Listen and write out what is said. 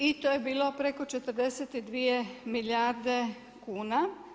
I to je bilo preko 42 milijarde kuna.